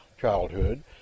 childhood